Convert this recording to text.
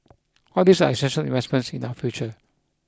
all these are essential investments in our future